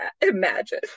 imagine